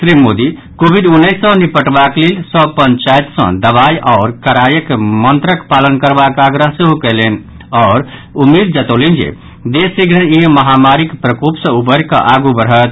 Shri Modi Covid उन्नैस सँ निपटबाक लेल सभ पंचायत सँ दवाई आओर कड़ाईक मंत्रक पालन करबाक आग्रह सेहो कयलनि आओर उम्मीद जतौलनि जे देश शीघ्रहि ई महामारीक प्रकोप सँ उबरि कऽ आगू बढ़त